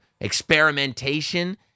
experimentation